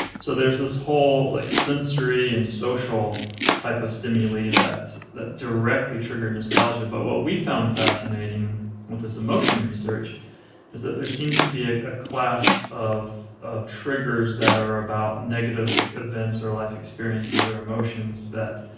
so there's this whole, like, sensory and social type of stimuli that that directly triggered nostalgia. but what we found fascinating with this emotion research is that there seems to be a ah class of of triggers that are about negative events or life experiences or emotions that